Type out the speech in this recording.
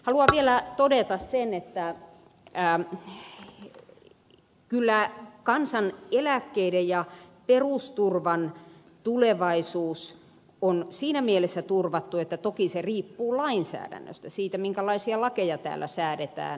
haluan vielä todeta sen että kyllä kansaneläkkeiden ja perusturvan tulevaisuus on siinä mielessä turvattu että toki se riippuu lainsäädännöstä siitä minkälaisia lakeja täällä säädetään